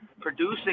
producing